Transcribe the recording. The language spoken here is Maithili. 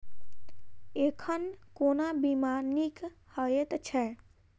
एखन कोना बीमा नीक हएत छै?